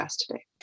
today